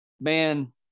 man